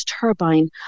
turbine